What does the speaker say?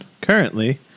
currently